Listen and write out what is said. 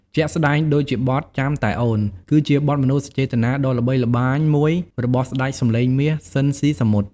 ជាក់ស្តែងដូចជាបទ ចាំតែអូន គឺជាបទមនោសញ្ចេតនាដ៏ល្បីល្បាញមួយរបស់ស្តេចសម្លេងមាស ស៊ីន ស៊ីសាមុត ។